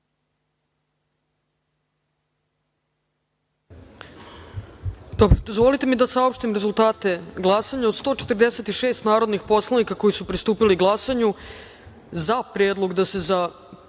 minuta. Dozvolite mi da saopštim rezultate glasanja. Od 146 narodnih poslanika koji su pristupili glasanju za Predlog da se za